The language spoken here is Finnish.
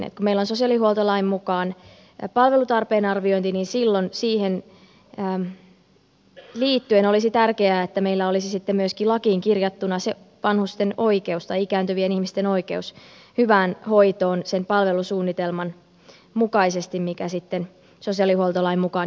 kun meillä on sosiaalihuoltolain mukaan palvelutarpeen arviointi niin silloin siihen liittyen olisi tärkeää että meillä olisi myöskin lakiin kirjattuna ikääntyvien ihmisten oikeus hyvään hoitoon sen palvelusuunnitelman mukaisesti mikä sitten sosiaalihuoltolain mukaan jo tehdään